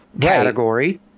category